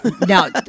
Now